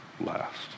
last